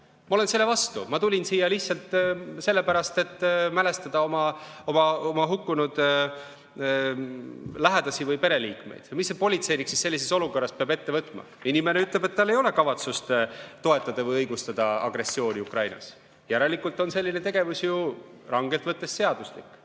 ma olen selle vastu, ma tulin siia lihtsalt sellepärast, et mälestada oma hukkunud lähedasi või pereliikmeid, siis mis see politseinik sellises olukorras peab ette võtma? Inimene ütleb, et tal ei ole kavatsust toetada või õigustada agressiooni Ukrainas. Järelikult on selline tegevus rangelt võttes seadustik.